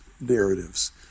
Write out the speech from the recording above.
narratives